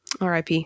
RIP